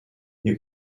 you